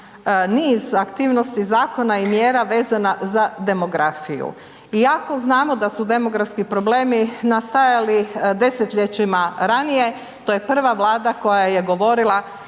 niz aktivnosti zakona i mjera vezana za demografiju. Iako znamo da su demografski problemi nastajali desetljećima ranije, to je prva vlada koje je govorila